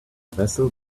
vessel